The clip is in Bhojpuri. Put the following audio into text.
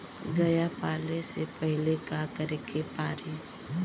गया पाले से पहिले का करे के पारी?